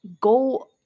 go